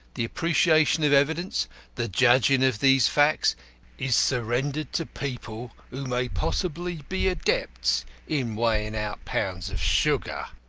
the appreciation of evidence the judging of these facts is surrendered to people who may possibly be adepts in weighing out pounds of sugar.